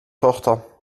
tochter